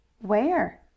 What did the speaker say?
Where